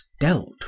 dealt